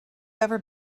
ever